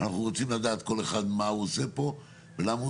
אנחנו רוצים לדעת כל אחד מה הוא עושה פה ולמה הוא